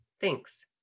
Thanks